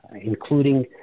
including